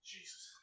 Jesus